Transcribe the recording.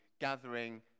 gathering